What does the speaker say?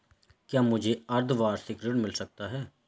क्या मुझे अर्धवार्षिक ऋण मिल सकता है?